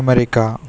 America